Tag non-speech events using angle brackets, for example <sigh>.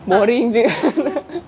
boring jer <noise>